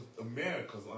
America's